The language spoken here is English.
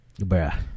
Bruh